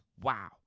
Wow